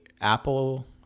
Apple